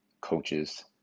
coaches